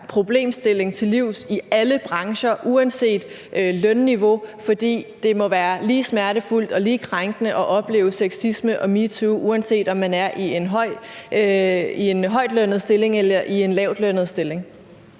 problemstilling til livs i alle brancher uanset lønniveau, fordi det må være lige smertefuldt og lige krænkende at opleve sexisme og metoo, uanset om man er i en højtlønnet stilling eller i en lavtlønnet stilling.